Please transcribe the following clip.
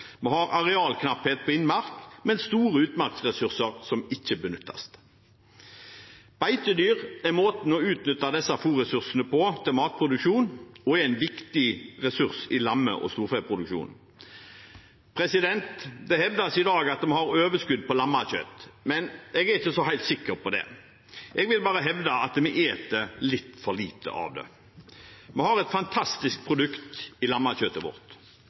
Vi har arealknapphet på innmark, men store utmarksressurser som ikke benyttes. Beitedyr er måten å utnytte disse fôrressursene på til matproduksjon, og er en viktig ressurs i lamme- og storfeproduksjon. Det hevdes i dag at vi har overskudd på lammekjøtt. Jeg er ikke så helt sikker på det. Jeg vil hevde at vi spiser litt for lite av det. Vi har et fantastisk produkt i lammekjøttet vårt.